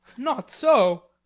not so.